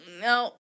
no